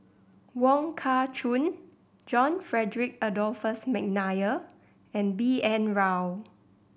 Wong Kah Chun John Frederick Adolphus McNair and B N Rao